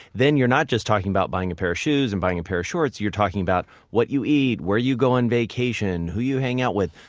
then you're not just talking about buying a pair of shoes and buying a pair of shorts, you're talking about what you eat, where you go on vacation, who you hang out with.